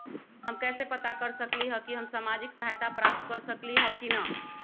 हम कैसे पता कर सकली ह की हम सामाजिक सहायता प्राप्त कर सकली ह की न?